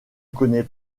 connaît